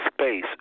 space